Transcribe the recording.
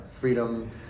freedom